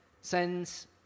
sends